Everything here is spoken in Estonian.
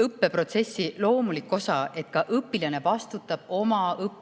õppeprotsessi loomulik osa, õpilane vastutab oma õppimise